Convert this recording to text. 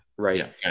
Right